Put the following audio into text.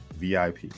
VIP